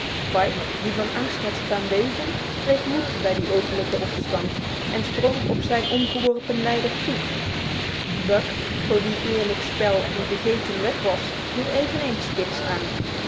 pike die van angst had staan beven kreeg moed bij de openlijke opstand en sprong op zijn omgeworpen leider toe buck voor wien eerlijk spel een vergeten wet was viel eveneens spitz aan